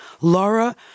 Laura